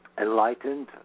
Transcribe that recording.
Enlightened